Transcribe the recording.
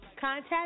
Contact